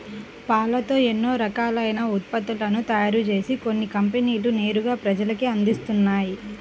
పాలతో ఎన్నో రకాలైన ఉత్పత్తులను తయారుజేసి కొన్ని కంపెనీలు నేరుగా ప్రజలకే అందిత్తన్నయ్